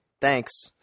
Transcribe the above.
Thanks